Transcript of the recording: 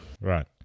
right